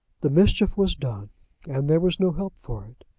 the mischief was done and there was no help for it.